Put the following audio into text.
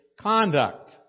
conduct